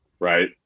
right